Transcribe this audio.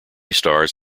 stars